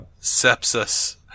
Sepsis